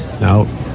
Now